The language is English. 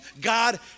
God